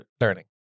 learning